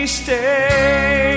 stay